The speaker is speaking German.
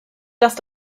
dass